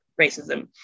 racism